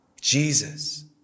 Jesus